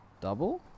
double